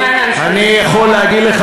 גם אנחנו לא ניתן למפעלים להיסגר.